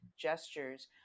gestures